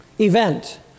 event